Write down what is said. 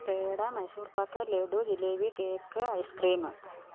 peda Mysore pak laddu jalebi cake ice cream